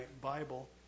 Bible